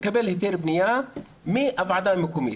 מקבל היתר בנייה מהוועדה המקומית.